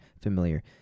familiar